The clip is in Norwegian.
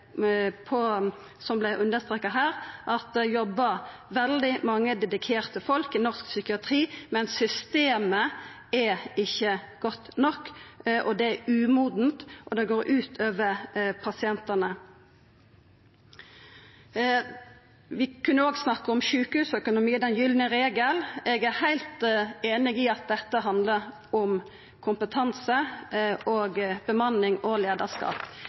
som vart understreka her, at det jobbar veldig mange dedikerte folk i norsk psykiatri, men systemet er ikkje godt nok, det er umodent, og det går ut over pasientane. Vi kunne òg ha snakka om sjukehusøkonomi og den gylne regelen. Eg er heilt einig i at dette handlar om kompetanse, bemanning og